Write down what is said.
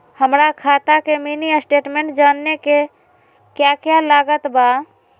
हमरा खाता के मिनी स्टेटमेंट जानने के क्या क्या लागत बा?